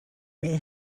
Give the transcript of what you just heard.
may